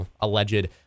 alleged